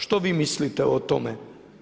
Što vi mislite o tome?